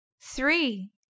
Three